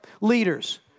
leaders